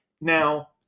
Now